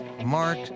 Mark